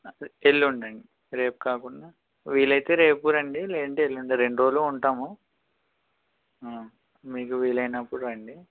ఎల్లుండి అండి రేపు కాకుండా వీలైతే రేపు రండీ లేదంటే ఎల్లుండి రెండు రోజులు ఉంటాము ఉ మీకు వీలైనప్పుడు రండి